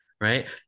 right